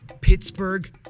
Pittsburgh